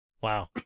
wow